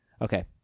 Okay